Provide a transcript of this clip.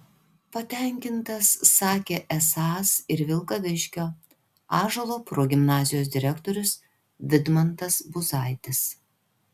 patenkintas sakė esąs ir vilkaviškio ąžuolo progimnazijos direktorius vidmantas buzaitis